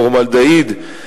פורמלדהיד,